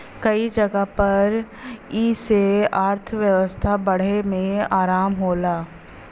कई जगह पर ई से अर्थव्यवस्था बढ़ाए मे आराम होला